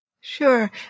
Sure